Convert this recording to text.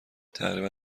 تقریبا